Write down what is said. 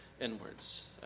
inwards